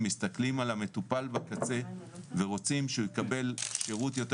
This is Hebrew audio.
אנחנו מסתכלים על המטופל בקצה ורוצים שהוא יקבל שירות יותר